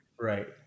right